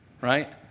Right